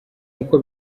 nk’uko